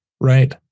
Right